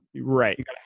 Right